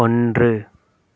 ஒன்று